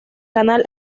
canal